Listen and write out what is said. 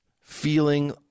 feeling